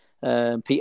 Peter